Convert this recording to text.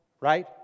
Right